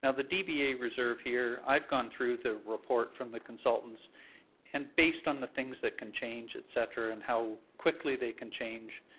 ah the dba reserve here, i've gone through the reports from the consultants and based on the things that can change, et cetera, and how quickly they can change,